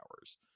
hours